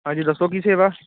ਹਾਂਜੀ ਦੱਸੋ ਕੀ ਸੇਵਾ